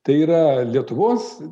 tai yra lietuvos